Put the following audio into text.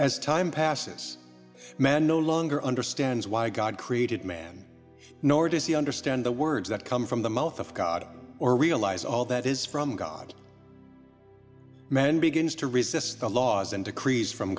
as time passes men no longer understand why god created man nor does he understand the words that come from the mouth of god or realize all that is from god man begins to resists the laws and decrees from